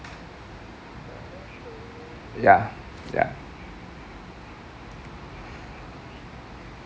ya ya